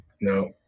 No